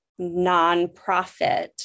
nonprofit